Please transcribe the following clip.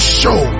show